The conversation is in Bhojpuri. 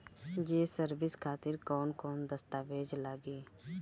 ये सर्विस खातिर कौन कौन दस्तावेज लगी?